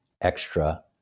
extra